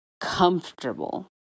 comfortable